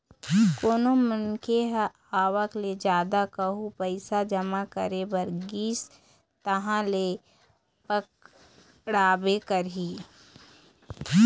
कोनो मनखे ह आवक ले जादा कहूँ पइसा जमा करे बर गिस तहाँ ले पकड़ाबे करही